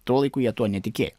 tuo laiku jie tuo netikėjo